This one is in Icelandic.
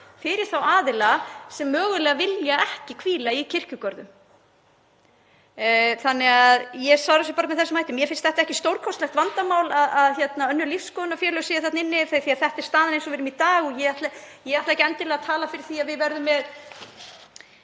fyrir þá aðila sem mögulega vilja ekki hvíla í kirkjugörðum. Þannig að ég svara þessu bara með þeim hætti að mér finnst ekkert stórkostlegt vandamál að önnur lífsskoðunarfélög séu þarna inni því að þetta er staðan eins og hún er í dag. Ég ætla ekki endilega að tala fyrir því að við verðum með,